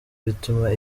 bituma